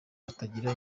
batagira